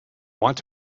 want